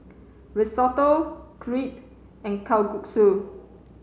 Risotto Crepe and Kalguksu